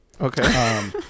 Okay